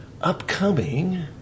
upcoming